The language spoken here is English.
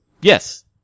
Yes